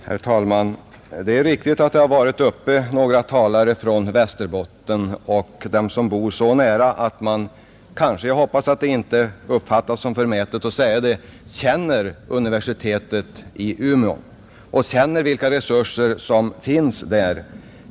Herr talman! Det är riktigt att det har varit uppe några talare från Västerbotten som bor så nära att de — hoppas att det inte uppfattas som förmätet att säga det — känner universitetet i Umeå och vet vilka resurser som finns där.